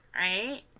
Right